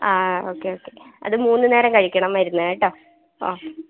ആ okay okay അത് മൂന്നു നേരം കഴിക്കണം മരുന്ന് കേട്ടോ ആ